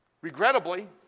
Regrettably